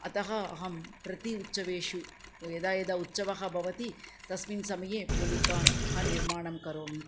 अतः अहं प्रति उत्सवेषु यदा यदा उत्सवः भवति तस्मिन् समये पोलिकान् अहं निर्माणं करोमि